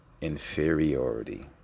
inferiority